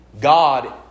God